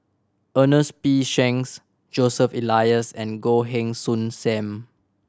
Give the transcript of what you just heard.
Ernest P Shanks Joseph Elias and Goh Heng Soon Sam